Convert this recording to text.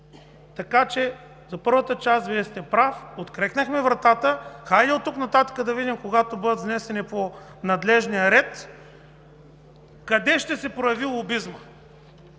така че за първата част Вие сте прав. Открехнахме вратата, хайде оттук нататък да видим, когато бъдат внесени по надлежния ред, къде ще се прояви лобизмът?!